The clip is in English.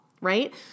Right